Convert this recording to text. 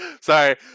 Sorry